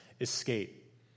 escape